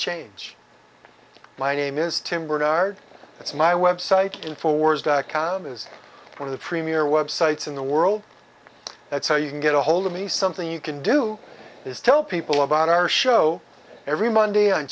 change my name is tim barnard it's my website in four words dot com is one of the premier websites in the world that so you can get a hold of me something you can do is tell people about our show every monday on